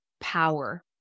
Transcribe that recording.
power